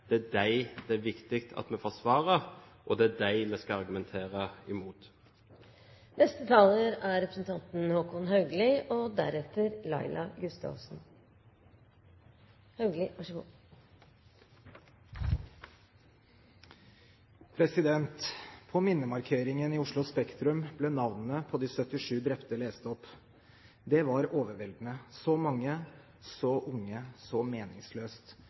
Det er dem det er viktig at vi forsvarer, og det er dem vi skal argumentere mot. På minnemarkeringen i Oslo Spektrum ble navnene på de 77 drepte lest opp. Det var overveldende. Så mange, så unge, så meningsløst.